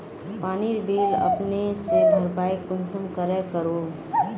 पानीर बिल अपने से भरपाई कुंसम करे करूम?